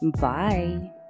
bye